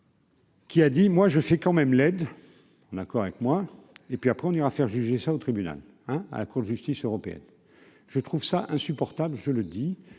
Qui a dit moi je fais quand même l'aide en accord avec moi et puis après on ira faire juger ça au tribunal hein, à la Cour de justice européenne, je trouve ça insupportable, je le dis,